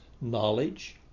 knowledge